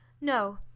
No